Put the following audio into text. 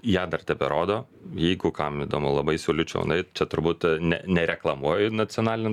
ją dar teberodo jeigu kam įdomu labai siūlyčiau nueit čia turbūt ne nereklamuoju nacionaliniam